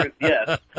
yes